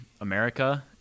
America